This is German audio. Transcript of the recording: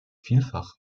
vielfach